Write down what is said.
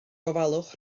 gofalwch